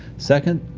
second,